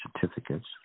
certificates